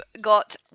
got